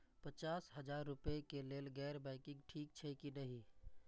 पचास हजार रुपए के लेल गैर बैंकिंग ठिक छै कि नहिं?